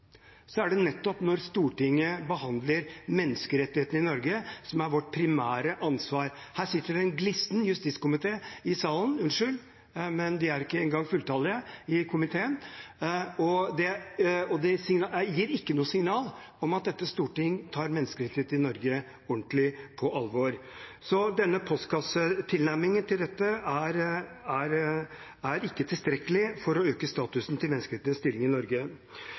er det nettopp Stortingets behandling av menneskerettighetene i Norge – som er vårt primære ansvar. Her sitter det en glissen justiskomité i salen – unnskyld, men komiteen er ikke engang fulltallig. Det gir ikke noe signal om at dette storting tar menneskerettighetene i Norge ordentlig på alvor. Denne postkassetilnærmingen til dette er ikke tilstrekkelig for å øke statusen til menneskerettighetene i Norge.